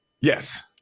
Yes